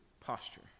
posture